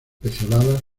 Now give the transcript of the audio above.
pecioladas